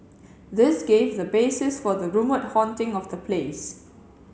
this gave the basis for the rumoured haunting of the place